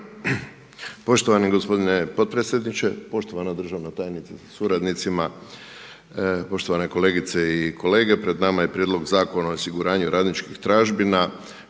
Poštovani gospodine potpredsjedniče, poštovana državna tajnice sa suradnicima, poštovane kolegice i kolege. Pred nama je Prijedlog zakona o osiguranju radničkih tražbina